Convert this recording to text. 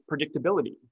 predictability